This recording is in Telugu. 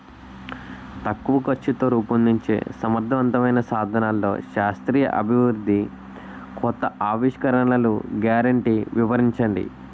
తక్కువ ఖర్చుతో రూపొందించే సమర్థవంతమైన సాధనాల్లో శాస్త్రీయ అభివృద్ధి కొత్త ఆవిష్కరణలు గ్యారంటీ వివరించండి?